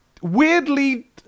weirdly